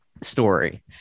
story